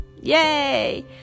yay